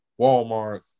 walmart